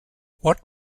what